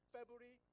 February